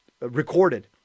recorded